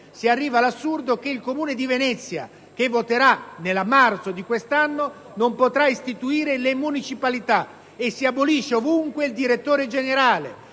Si arriva all'assurdo che il Comune di Venezia, che voterà nel marzo di quest'anno, non potrà istituire le municipalità, e si abolisce ovunque il direttore generale,